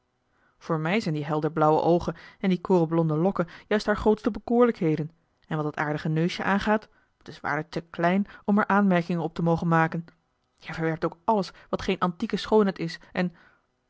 voor mij zijn die helder blauwe oogen en die korenblonde lokken juist haar grootste bekoorlijkheden en wat dat aardige neusje aangaat het is waarlijk te klein om er aanmerkingen op te mogen maken jij verwerpt ook alles wat geen antieke schoonheid is en